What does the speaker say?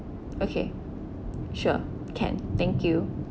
okay sure can thank you